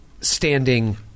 standing